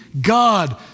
God